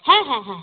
হ্যাঁ হ্যাঁ হ্যাঁ